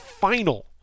final